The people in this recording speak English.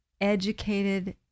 educated